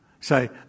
Say